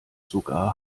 sogar